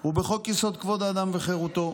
הוא בחוק-יסוד: כבוד האדם וחירותו,